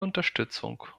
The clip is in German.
unterstützung